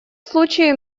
случае